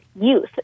youth